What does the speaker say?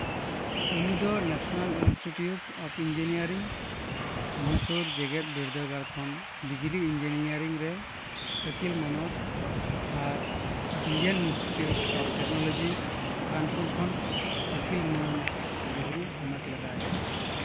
ᱩᱱᱤ ᱫᱚ national institute of engineering Mysore ᱡᱮᱜᱮᱫ ᱵᱤᱨᱫᱟᱹᱜᱟᱲ ᱠᱷᱚᱱ ᱵᱤᱡᱽᱞᱤ ᱤᱱᱡᱤᱱᱤᱭᱟᱨᱤᱝ ᱨᱮ ᱟᱹᱠᱤᱞ ᱢᱟᱱᱚᱛ ᱟᱨ Indian institute of technology Kanpur ᱠᱷᱚᱱ ᱟᱹᱠᱤᱞ ᱢᱟᱹᱱ ᱰᱤᱜᱽᱨᱤ ᱦᱟᱢᱮᱴ ᱞᱮᱫᱟᱭ